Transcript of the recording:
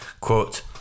Quote